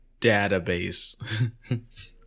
database